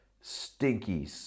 stinky